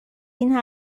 این